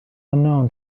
unknown